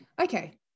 okay